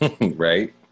Right